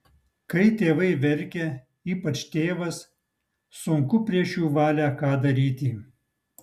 kai tėvai verkia ypač tėvas sunku prieš jų valią ką daryti